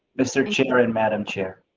mr. chair and madam chair.